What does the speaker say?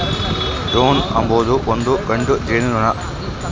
drone ಅಂಬೊದು ಒಂದು ಗಂಡು ಜೇನುನೊಣ